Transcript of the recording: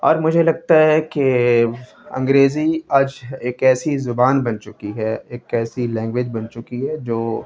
اور مجھے لگتا ہے کہ انگریزی آج ایک ایسی زبان بن چکی ہے ایک ایسی لنگویج بن چکی ہے جو